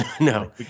No